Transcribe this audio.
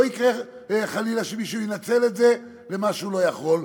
יקרה חלילה שמישהו ינצל את זה כי הוא לא יכול,